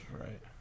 right